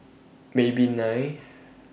Maybelline